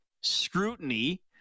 scrutiny